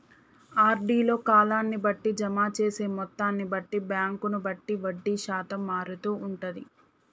RD లో కాలాన్ని బట్టి, జమ చేసే మొత్తాన్ని బట్టి, బ్యాంకును బట్టి వడ్డీ శాతం మారుతూ ఉంటది